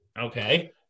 Okay